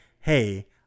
Hey